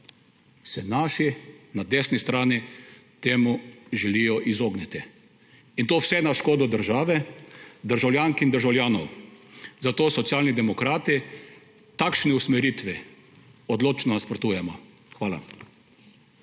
se naši na desni strani temu želijo izogniti. In to vse na škodo države, državljank in državljanov. Zato Socialni demokrati takšni usmeritvi odločno nasprotujemo. Hvala.